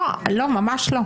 ממש לא.